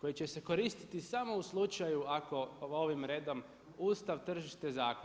koji će se koristiti samo u slučaju, ako ovim redom ustav, tržište, zakoni.